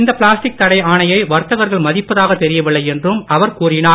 இந்த பிளாஸ்டிக் தடை ஆணையை வர்த்தகர்கள் மதிப்பதாக தெரியவில்லை என்றும் அவர் கூறினார்